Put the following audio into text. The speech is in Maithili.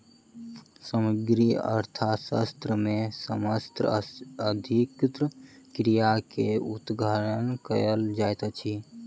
समष्टि अर्थशास्त्र मे समस्त आर्थिक क्रिया के अध्ययन कयल जाइत अछि